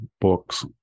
books